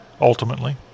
ultimately